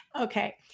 Okay